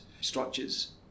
structures